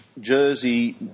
jersey